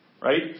right